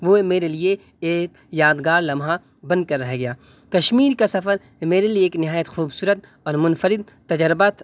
وہ میرے لیے ایک یادگار لمحہ بن کر رہ گیا کشمیر کا سفر میرے لیے ایک نہایت خوبصورت اور منفرد تجربہ